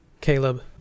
Caleb